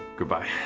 goodbye.